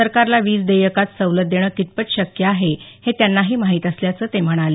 सरकारला सवलत देणं कितपत शक्य आहे हे त्यांनाही माहित असल्याचं ते म्हणाले